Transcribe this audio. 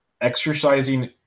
exercising